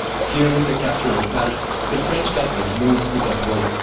fearing the capture of paris, the french government moves to bordeaux.